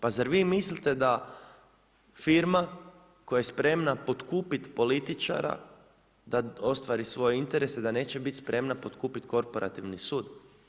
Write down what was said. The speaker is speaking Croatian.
Pa zar vi mislite da firma koja je spremna potkupit političara da ostvari svoje interese da neće bit spreman potkupit korporativni sud.